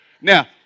Now